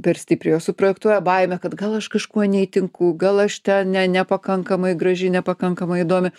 per stipriai jos suprojektuoja baimę kad gal aš kažkuo neįtinku gal aš ten ne nepakankamai graži nepakankamai įdomi